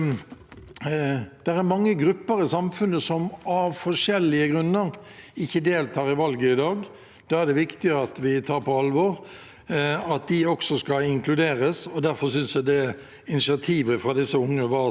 at også de skal inkluderes, og derfor synes jeg initiativet fra disse unge var så bra. Jeg har hatt dem på mitt kontor og hatt en spennende samtale med dem om valg og valgdeltakelse. Jeg er nok kanskje